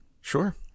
sure